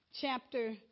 chapter